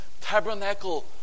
tabernacle